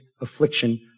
affliction